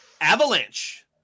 Avalanche